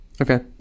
Okay